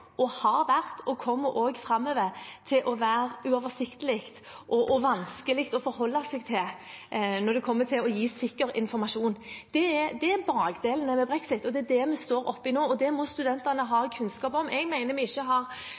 har vært og kommer framover til å være uoversiktlig og vanskelig å forholde seg til når det gjelder å gi sikker informasjon. Det er bakdelene ved brexit, det er det vi står oppe i nå, og det må studentene ha kunnskap om. Jeg mener at vi ikke har